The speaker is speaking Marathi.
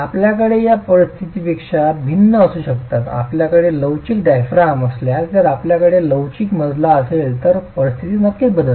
आपल्याकडे या परिस्थितीपेक्षा भिन्न असू शकतात आपल्याकडे लवचिक डायाफ्राम असल्यास जर आपल्याकडे लवचिक मजला असेल तर परिस्थिती नक्कीच बदलते